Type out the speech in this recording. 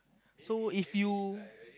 so if you